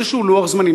יש לך איזה לוח זמנים,